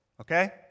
Okay